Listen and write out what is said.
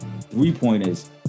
three-pointers